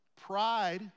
Pride